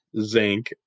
zinc